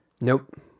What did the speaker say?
Nope